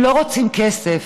הם לא רוצים כסף,